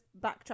backtrack